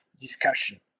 discussion